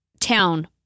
town